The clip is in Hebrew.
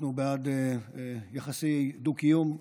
אנחנו בעד יחסי דו-קיום.